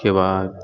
उसके बाद